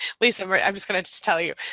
lisa. i'm just gonna just tell you.